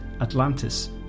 Atlantis